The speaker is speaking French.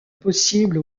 possible